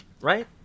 right